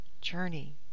journey